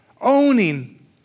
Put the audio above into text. owning